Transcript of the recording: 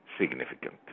significant